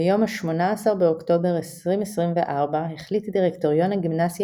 ביום 18.10.2024 החליט דירקטוריון הגימנסיה